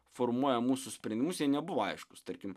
formuoja mūsų sprendimus jie nebuvo aiškūs tarkim